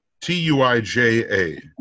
T-U-I-J-A